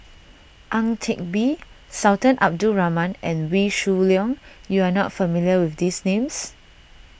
Ang Teck Bee Sultan Abdul Rahman and Wee Shoo Leong you are not familiar with these names